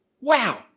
Wow